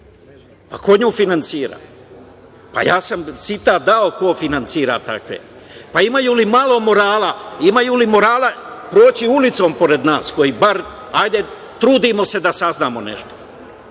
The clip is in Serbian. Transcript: pa ko nju finansira? Ja sam citat dao ko finansira takve. Imaju li malo morala? Imaju li morala proći ulicom pored nas koji se trudimo da saznamo nešto? Niko